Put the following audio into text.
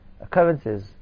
occurrences